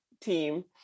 team